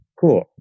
Cool